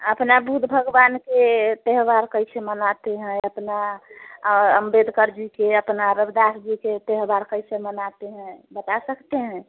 अपना बुध भगवान के त्यौहार कैसे मनाती हैं अपना औ अम्बेडकर जी के अपना रविदास जी के त्यौहार कैसे मनाती हैं बता सकते हैं